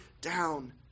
down